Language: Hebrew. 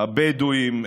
הבדואים,